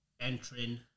entering